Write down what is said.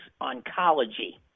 Oncology